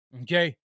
Okay